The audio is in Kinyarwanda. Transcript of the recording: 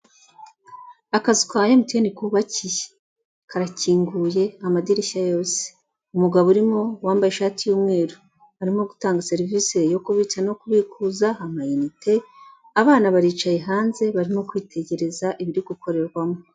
Akazi ka ka Emutiyeni kubabakiye, karakinguye amadirishya yose, umugabo urimo wambaye ishati y'umweru arimo gutanga serivisi yo kubitsa no kubikuza, amayinite, abana baricaye hanze barimo kwitegereza ibiri gukorerwamo.